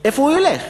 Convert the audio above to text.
איפה הוא ילך?